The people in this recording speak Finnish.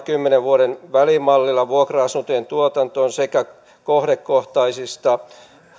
kymmenen vuoden välimallilla vuokra asuntojen tuotantoon sekä kohdekohtaisista